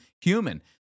human